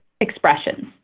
expressions